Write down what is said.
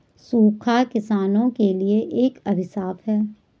सूखा किसानों के लिए एक अभिशाप है